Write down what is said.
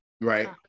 Right